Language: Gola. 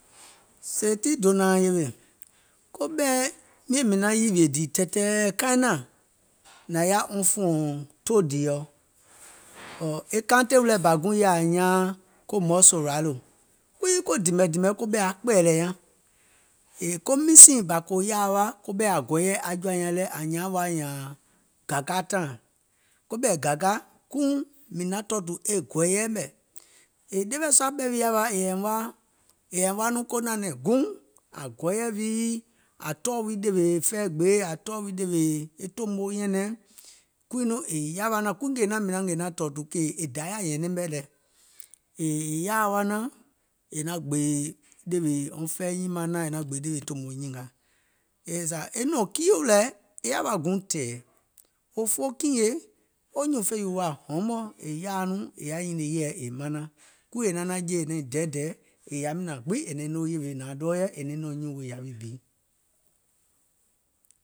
Sèè tii dònȧȧŋ yèwè, koɓɛ̀i miȧŋ mìŋ naŋ yìwìè dìì tɛ̀ɛ̀ɛ kaiŋ naȧŋ naŋ yaȧ wɔŋ fùɔ̀ŋ toòdììɔ. E county wilɛ̀ bà guùŋ yaȧa ȧŋ nyaaŋ ko mɔ̀sòradò kuii ko dìmɛ̀ dìmɛ̀ɛ koɓɛ̀ aŋ kpɛ̀ɛ̀lɛ̀ nyaŋ, yèè ko misììŋ kò yaȧa wa koɓɛ̀i ȧŋ gɔɔyɛ̀ jɔ̀ȧ nyaŋ lɛ̀ ȧŋ nyaaŋ wa nyààŋ gàga town, koɓɛ̀ gàga kuŋ mìŋ naŋ tɔ̀ɔ̀tù e gɔ̀ɔ̀yɛ mɛ̀, e ɗeweɛ̀ sua ɓɛ̀ wii yaȧ wa è yàìŋ wa nɔŋ ko nɛ̀nɛ̀ŋ guùŋ ȧŋ gɔɔyɛ̀ wììì ȧŋ tɔɔ̀ wì ɗèwè fɛi gbèe ȧŋ tɔɔ̀ wì e tòmo nyɛ̀nɛŋ, kuŋ nɔŋ è yaà wa kuŋ ngèè mìŋ ngèè naȧŋ tɔ̀ɔ̀tù e kèè e Dayà nyɛ̀nɛŋ mɛ̀ lɛ. È yaȧa wa naȧŋ è naŋ gbèè ɗèwè wɔŋ fɛi nyìmaŋ è naŋ gbèè ɗèwè tòmo nyìnga. Yèè zȧ e nɔ̀ŋ kiio lɛ̀ è yaȧ wa guùŋ tɛ̀ɛ̀, òfoo kiìŋ yèe, wo nyùùŋ fò wi wa hɔmɔɔ, è yaȧa nɔŋ e yaȧ nyìnìè yɛ̀ɛ è manaŋ, kuŋ è naŋ naȧŋ jeè è naŋ dɛɛdɛ̀ɛ̀ yèè yàwi nȧȧŋ gbiŋ è naiŋ noo yèwè nȧaŋ ɗɔɔ yɛɛ̀ è naiŋ nɔ̀ŋ nyùùŋ wèè yȧwi bi.